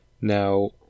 Now